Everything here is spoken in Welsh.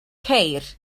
ceir